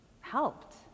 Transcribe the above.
helped